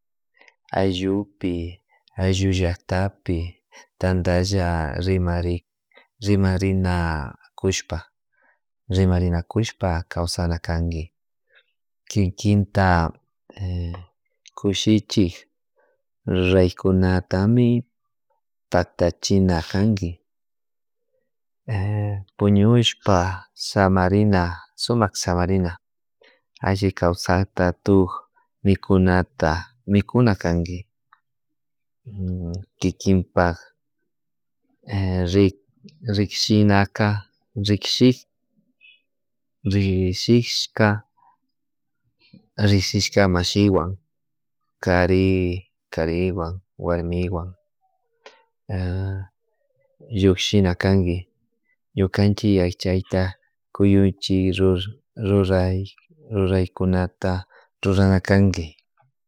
Ayllupi ayllu llaktapi tantalla rimari rimarina kushpa rimarinukushpa kawsana kanki kinkinta kushichik raykunatami patachina kanki puñushpa samarina sumak samarina alli kawsata tuk mikunata mikuna kanki kikinpak rik rikshinaka rishik rishshka rishika mashiwan kari kariwan warmiwan llukshina kanki ñulkanchik ayachayta kuyunchik ruray rruraykunata rurana kanki